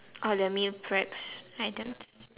all the meal preps items